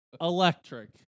electric